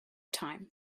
time